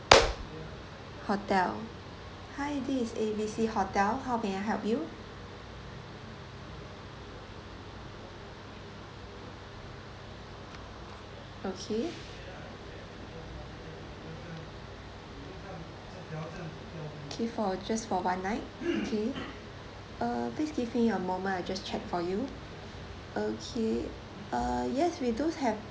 hotel hi this is A B C hotel how may I help you okay okay for a just for one night okay uh please give me a moment I just check for you okay uh yes we do have